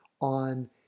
on